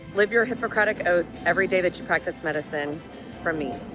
live your hippocratic oath every day that you practice medicine for me.